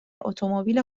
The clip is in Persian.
اتومبیل